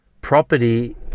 property